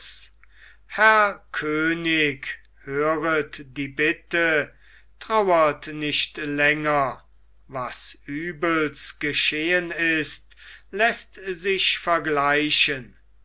herr könig höret die bitte trauert nicht länger was übels geschehen ist läßt sich vergleichen